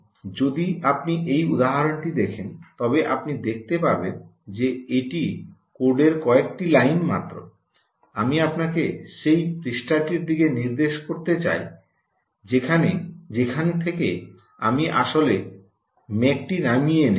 সুতরাং যদি আপনি এই উদাহরণটি দেখেন তবে আপনি দেখতে পাবেন যে এটি কোডের কয়েকটি লাইন মাত্র আমি আপনাকে সেই পৃষ্ঠাটির দিকে নির্দেশ করতে চাই যেখান থেকে আমি আসলে ম্যাকটি নামিয়ে এনেছি